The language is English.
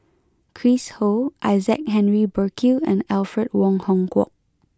Chris Ho Isaac Henry Burkill and Alfred Wong Hong Kwok